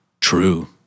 True